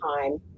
time